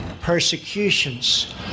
persecutions